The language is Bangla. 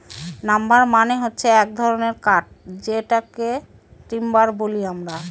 নাম্বার মানে হচ্ছে এক ধরনের কাঠ যেটাকে টিম্বার বলি আমরা